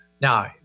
Now